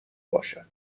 باشد